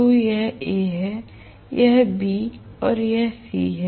तो यह A है यह B यह C है